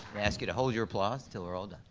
ask you told your applause till we're all done.